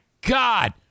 God